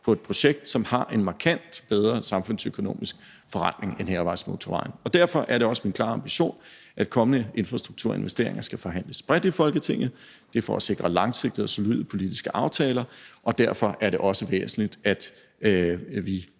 på et projekt, som har en markant bedre samfundsøkonomisk forrentning end hærvejsmotorvejen. Derfor er det også min klare ambition, at kommende infrastrukturinvesteringer skal forhandles bredt i Folketinget. Det er for at sikre langsigtede og solide politiske aftaler, og derfor er det også væsentligt, at vi